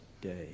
day